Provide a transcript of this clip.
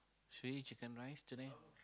should we eat chicken rice today